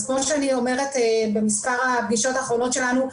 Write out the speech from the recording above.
אז כמו שאני אומרת במספר הפגישות האחרונות שלנו,